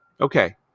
Okay